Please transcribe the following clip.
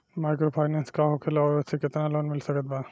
Microfinance का होखेला और ओसे केतना लोन मिल सकत बा?